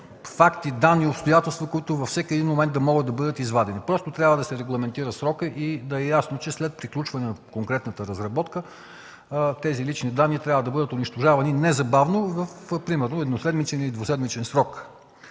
факти, данни и обстоятелства, които във всеки един момент да могат да бъдат извадени. Просто трябва да се регламентира срокът и да е ясно, че след приключване на конкретната разработка тези лични данни трябва да бъдат унищожавани незабавно в примерно едноседмичен или двуседмичен срок.